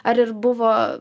ar ir buvo